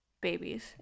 Babies